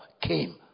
came